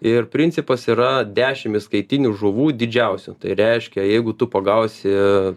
ir principas yra dešim įskaitinių žuvų didžiausių tai reiškia jeigu tu pagausi